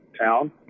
town